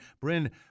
Bryn